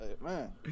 man